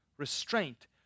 Restraint